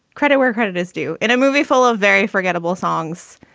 credit where credit is due in a movie full of very forgettable songs,